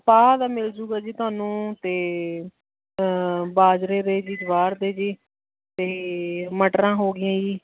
ਪਾ ਦਾ ਮਿਲ ਜਾਵੇਗਾ ਜੀ ਤੁਹਾਨੂੰ ਅਤੇ ਬਾਜਰੇ ਦੇ ਜੀ ਜਵਾਰ ਦੇ ਜੀ ਅਤੇ ਮਟਰਾਂ ਹੋ ਗਈਆਂ ਜੀ